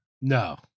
No